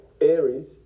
Aries